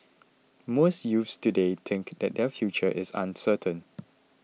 most youths today think that their future is uncertain